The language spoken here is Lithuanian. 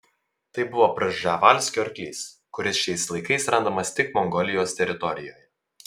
tai buvo prževalskio arklys kuris šiais laikais randamas tik mongolijos teritorijoje